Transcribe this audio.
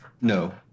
No